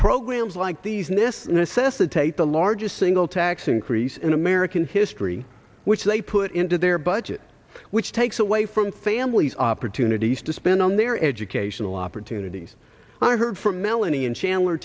programs like these in this necessitate the largest single tax increase in american history which they put into their budget which takes away from families opportunities to spend on their educational opportunities i heard from melanie in chandler